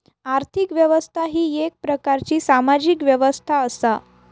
आर्थिक व्यवस्था ही येक प्रकारची सामाजिक व्यवस्था असा